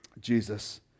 Jesus